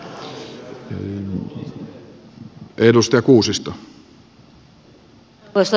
arvoisa puhemies